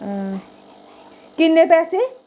किन्ने पैसे